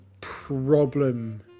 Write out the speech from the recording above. problem